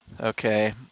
Okay